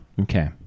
Okay